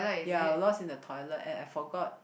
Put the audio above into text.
ya I lost in the toilet and I forgot